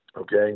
okay